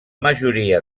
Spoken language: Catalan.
majoria